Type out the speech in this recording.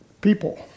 people